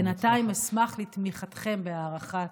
בינתיים אשמח לתמיכתכם בהארכת